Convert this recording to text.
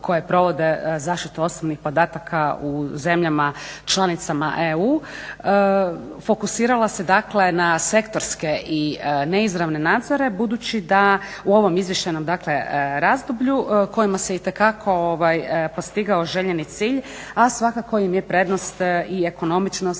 koje provode zaštitu osobnih podataka u zemljama članicama EU, fokusirala se dakle na sektorske i neizravne nadzore budući da u ovom izvještajnom razdoblju kojima se itekako postigao željeni cilj, a svakako im je prednost i ekonomičnosti